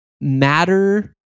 Matter